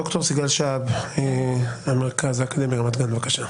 ד"ר סיגל שהב, מהמרכז האקדמי רמת גן, בבקשה.